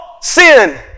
Sin